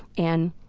and